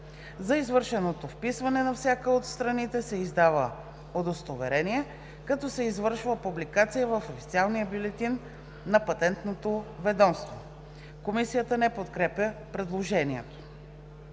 За извършеното вписване на всяка от страните се издава удостоверение като се извършва и публикация в Официалния бюлетин на Патентно ведомство.“ Комисията не подкрепя предложението.